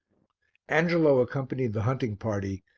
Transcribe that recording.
angelo accompanied the hunting party,